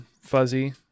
fuzzy